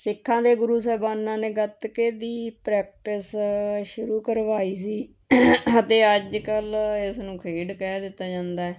ਸਿੱਖਾਂ ਦੇ ਗੁਰੂ ਸਾਹਿਬਾਨਾਂ ਨੇ ਗਤਕੇ ਦੀ ਪ੍ਰੈਕਟਿਸ ਸ਼ੁਰੂ ਕਰਵਾਈ ਸੀ ਅਤੇ ਅੱਜ ਕੱਲ੍ਹ ਇਸ ਨੂੰ ਖੇਡ ਕਹਿ ਦਿੱਤਾ ਜਾਂਦਾ